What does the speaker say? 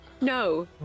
no